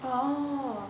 oh